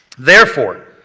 therefore,